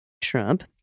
Trump